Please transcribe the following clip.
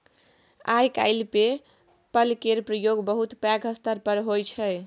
आइ काल्हि PayPal केर प्रयोग बहुत पैघ स्तर पर होइ छै